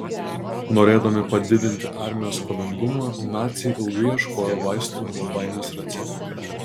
norėdami padidinti armijos kovingumą naciai ilgai ieškojo vaistų nuo baimės recepto